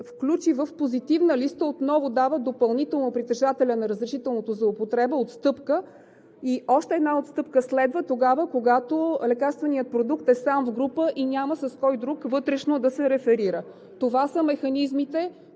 включи в позитивна листа, допълнително притежателят на разрешителното за употреба отново дава отстъпка. И още една отстъпка следва, когато лекарственият продукт е сам в група и няма с кой друг вътрешно да се реферира. Това са механизмите,